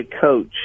coach